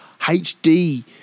HD